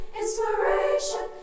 inspiration